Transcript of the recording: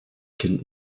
kind